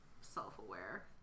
self-aware